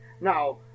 Now